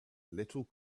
little